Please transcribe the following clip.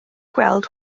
gweld